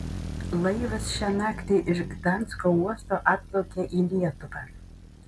laivas šią naktį iš gdansko uosto atplaukė į lietuvą